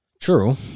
True